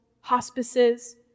hospices